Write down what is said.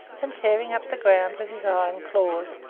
and tearing up the ground with his iron claws,